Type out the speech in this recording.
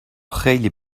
خیلی